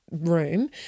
room